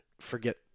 forget